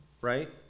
right